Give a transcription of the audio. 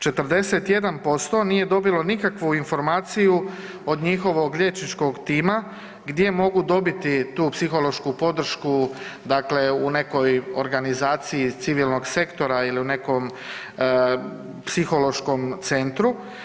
41% nije dobilo nikakvu informaciju od njihovog liječničkog tima gdje mogu dobiti tu psihološku podršku, dakle u nekoj organizaciji civilnog sektora ili u nekom psihološkom centru.